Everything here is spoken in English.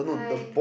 hi